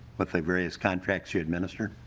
but the various contracts you administer?